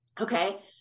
Okay